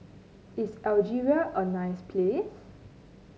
is Algeria a nice place